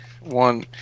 one